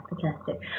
fantastic